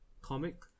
comic